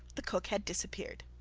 the cook had disappeared.